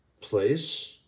place